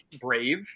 brave